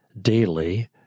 daily